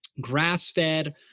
grass-fed